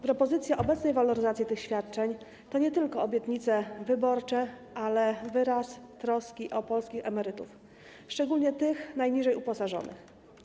Propozycja obecnej waloryzacji tych świadczeń to nie tylko realizacja obietnic wyborczych, ale także wyraz troski o polskich emerytów, szczególnie tych najniżej uposażonych.